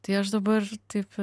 tai aš dabar taip